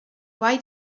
why